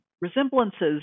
resemblances